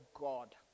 God